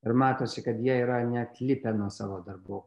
ir matosi kad jie yra neatlipę nuo savo darbų